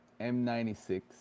M96